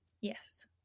Yes